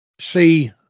see